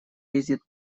ездит